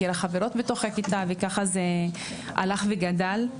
הכירה חברות בתוך הכיתה וככה זה הלך וגדל.